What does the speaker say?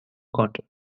konnte